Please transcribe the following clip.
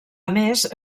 més